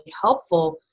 helpful